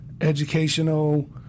educational